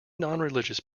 nonreligious